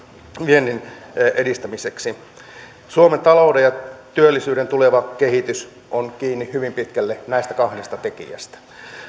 viennin edistämiseksi suomen talouden ja työllisyyden tuleva kehitys on kiinni hyvin pitkälle näistä kahdesta tekijästä